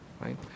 right